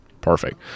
Perfect